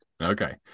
Okay